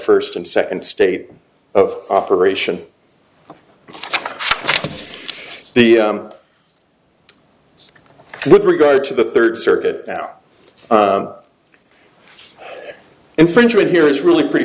first and second state of operation the with regard to the third circuit down infringement here is really pretty